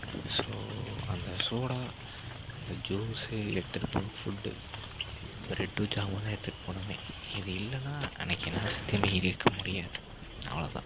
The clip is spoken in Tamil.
ஸோ அந்த சோடா அந்த ஜுஸு எடுத்துகிட்டு போன ஃபுட்டு ப்ரெட்டு ஜாமும் தான் எடுத்துகிட்டு போனோமே இது இல்லைன்னா அன்னக்கு என்னால் சத்தியமாக ஏறிருக்க முடியாது அவ்ளோ தான்